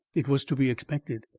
it was to be expected.